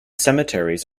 cemeteries